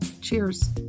Cheers